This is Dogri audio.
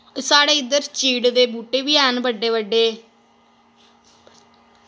साढ़े इद्धर चीड़ दे बूह्टे बी हैन बड्डे बड्डे